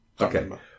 okay